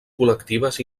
col·lectives